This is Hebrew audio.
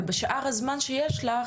ובשאר הזמן שיש לך